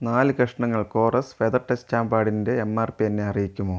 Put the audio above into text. നാല് കഷണങ്ങൾ Kores feather touch stamp പാഡിന്റെ എം ആർ പി എന്നെ അറിയിക്കുമോ